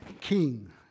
king